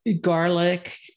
garlic